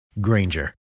Granger